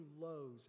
lows